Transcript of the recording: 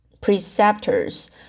preceptors